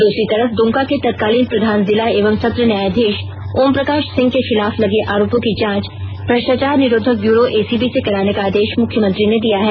दूसरी तरफ दुमका के तत्कालीन प्रधान जिला एवं सत्र न्यायधीश ओम प्रकाश सिंह के खिलाफ लगे आरोपों की जांच भ्रष्टाचार निरोधक ब्यूरो एसीबी से कराने का आदेश मुख्यमंत्री ने दिया है